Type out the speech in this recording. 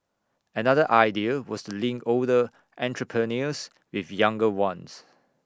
another idea was to link older entrepreneurs with younger ones